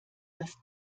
das